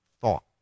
thought